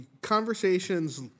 conversations